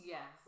Yes